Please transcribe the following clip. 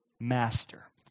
master